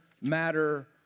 matter